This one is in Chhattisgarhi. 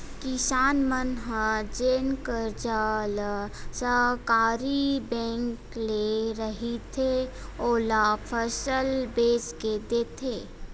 किसान मन ह जेन करजा ल सहकारी बेंक ले रहिथे, ओला फसल बेच के देथे